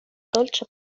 dolĉa